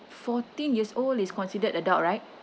fourteen years old is considered adult right